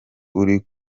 uri